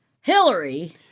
Hillary